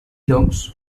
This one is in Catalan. doncs